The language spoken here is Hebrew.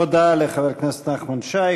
תודה לחבר הכנסת נחמן שי.